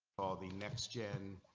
the next gen.